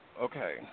okay